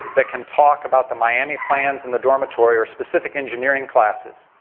that can talk about the miami plans in the dormitory or specific engineering classes.